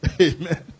Amen